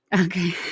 Okay